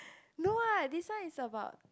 no what this one is about